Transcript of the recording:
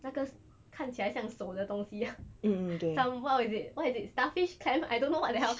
那个看起来像手的东西 some what is it what is it starfish clam I don't know what the hell